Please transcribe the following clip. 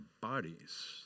bodies